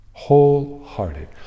Wholehearted